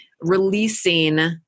releasing